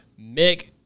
Mick